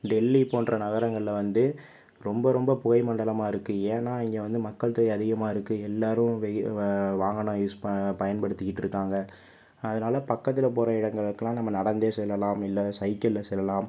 டெல்லி போன்ற நகரங்களில் வந்து ரொம்ப ரொம்ப புகை மண்டலமாகருக்கு ஏன்னால் இங்கே வந்து மக்கள் தொகை அதிகமாகருக்கு எல்லாரும் வாகனம் யூஸ் பயன்படுத்திக்கிட்டுருக்காங்க அதனால் பக்கத்தில் போகிற இடங்களுக்குலாம் நம்ப நடந்தே செல்லலாம் இல்லை சைக்கிளில் செல்லலாம்